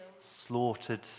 Slaughtered